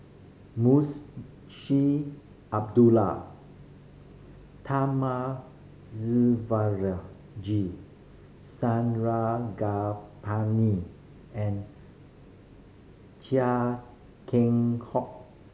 Abdullah Thamizhavel G Sarangapani and Chia Keng Hock